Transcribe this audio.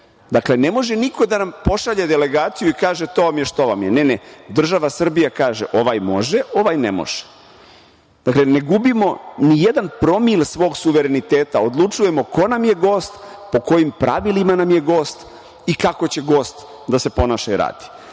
Dakle, ne može niko da nam pošalje delegaciju i kaže to vam je, što vam je. Ne, država Srbija kaže ovaj može, ovaj ne može. Dakle, ne gubimo nijedan promil svog suvereniteta, odlučujemo ko nam je gost, po kojim pravilima nam je gost i kako će gost da se ponaša i radi.